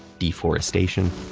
deforestation,